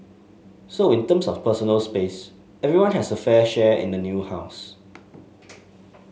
so in terms of personal space everyone has a fair share in the new house